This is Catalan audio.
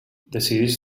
decideix